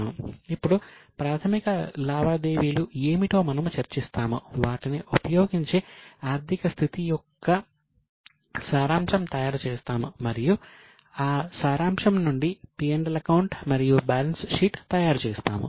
ఇప్పుడు ప్రాథమిక లావాదేవీలు ఏమిటో మనము చర్చిస్తాము వాటిని ఉపయోగించి ఆర్థిక స్థితి యొక్క సారాంశం తయారుచేస్తాము మరియు ఆ సారాంశం నుండి P L అకౌంట్ మరియు బ్యాలెన్స్ షీట్ తయారుచేస్తాము